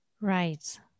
Right